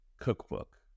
cookbook